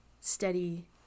steady